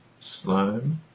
Sloan